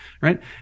right